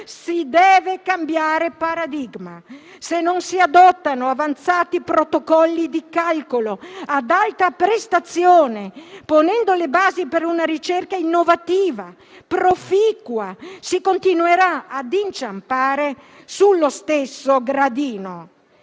Si deve cambiare paradigma; se non si adottano avanzati protocolli di calcolo ad alta prestazione, ponendo le basi per una ricerca innovativa e proficua, si continuerà a inciampare sullo stesso gradino.